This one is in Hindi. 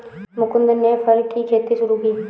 मुकुन्द ने फर की खेती शुरू की